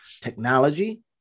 technology